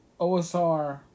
OSR